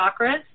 chakras